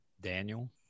Daniel